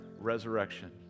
resurrection